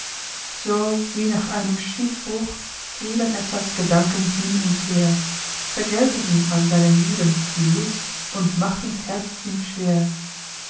so wie nach einem schiffbruch trieben edzards gedanken hin und her vergällten ihm an seinen lieben die lust und machten's herz ihm schwer